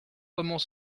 comment